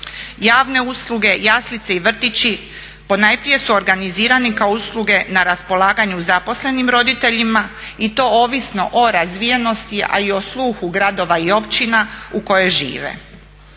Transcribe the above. Javne usluge, jaslice i vrtići ponajprije su organizirani kao usluge na raspolaganju zaposlenim roditeljima i to ovisno o razvijenosti, a i o sluhu gradova i općina u kojoj žive.